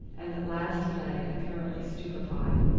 and at last he lay apparently stupefied,